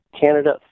Canada